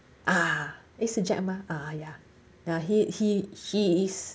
ah eh 是 jack mah ah ya he he he is